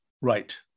Right